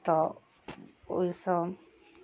तऽ ओहिसँ